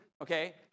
okay